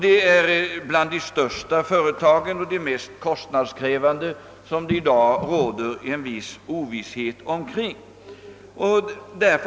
Det är de största och mest kostnadskrävande 1lokaliseringarna som det i dag sålunda råder en viss ovisshet omkring.